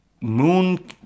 moon